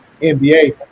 NBA